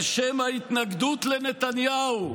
בשם ההתנגדות לנתניהו,